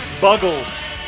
Buggles